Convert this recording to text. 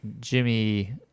jimmy